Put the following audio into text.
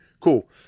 Cool